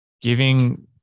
giving